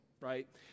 right